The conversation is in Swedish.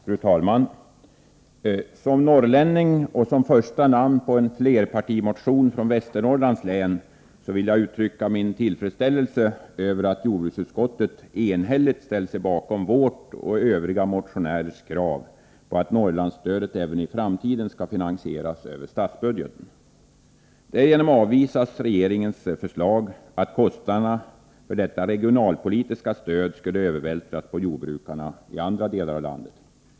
Fru talman! Som norrlänning och som första namn på en flerpartimotion från Västernorrlands län vill jag uttrycka min tillredsställelse över att jordbruksutskottet enhälligt ställt sig bakom vårt och övriga motionärers krav på att Norrlandsstödet även i framtiden skall finansieras över statsbudgeten. Därigenom avvisas regeringens förslag att kostnaderna för detta regionalpolitiska stöd skall övervältras på jordbrukarna i andra delar av landet.